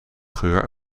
geur